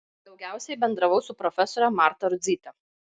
daugiausiai bendravau su profesore marta rudzyte